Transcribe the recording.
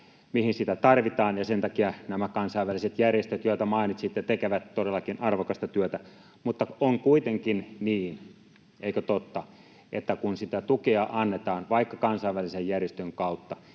mihin sitä tarvitaan, ja sen takia nämä kansainväliset järjestöt, joita mainitsitte, tekevät todellakin arvokasta työtä. Mutta on kuitenkin niin, eikö totta, että kun sitä tukea annetaan vaikka kansainvälisen järjestön kautta,